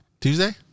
Tuesday